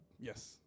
Yes